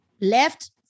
left